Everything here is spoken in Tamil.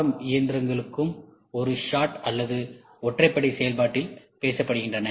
எம் இயந்திரங்களும் ஒரு ஷாட் அல்லது ஒற்றை படி செயல்பாட்டில் பேசப்படுகின்றன